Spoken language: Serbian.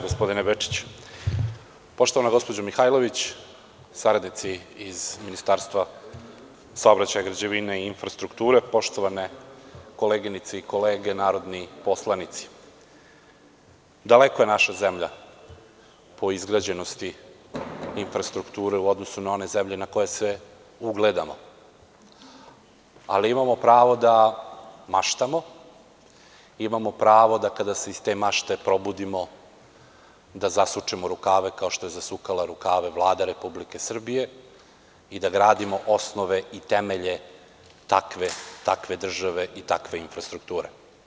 Poštovana gospođo Mihajlović, saradnici iz Ministarstva saobraćaja, građevine i infrastrukture, poštovane koleginice i kolege narodni poslanici, daleko je naša zemlja po izgrađenosti infrastrukture u odnosu na one zemlje na koje se ugledamo, ali imamo pravo da maštamo, imamo pravo da kada se iz te mašte probudimo, da zasučemo rukave kao što je zasukala rukave Vlada Republike Srbije i da gradimo osnove i temelje takve države i takve infrastrukture.